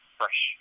fresh